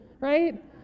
right